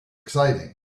exciting